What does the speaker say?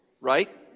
right